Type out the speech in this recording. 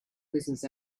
business